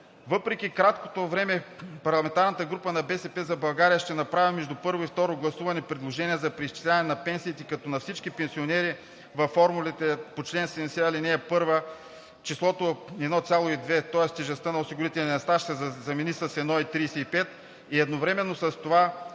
Въпреки краткото време парламентарната група на „БСП за България“ ще направи между първо и второ гласуване предложение за преизчисляване на пенсиите, като на всички пенсионери във формулите по чл. 70, ал. 1 числото 1,2, тоест тежестта на осигурителния стаж, се замени с 1,35. И едновременно с това